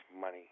money